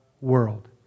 world